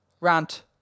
rant